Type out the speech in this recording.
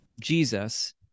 Jesus